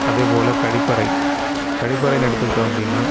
அதே போல் கழிப்பறை கழிப்பறைன்னு எடுத்துக்கிட்டோம் அப்படின்னா